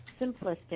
simplistic